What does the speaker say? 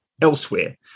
elsewhere